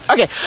Okay